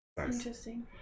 Interesting